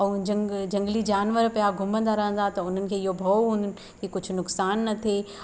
ऐं जंग झंगली जानवर पिया घुमंदा रहंदा त हुननि खे इहो भओ हुंदनि की कुझु नुक़सानु न थिए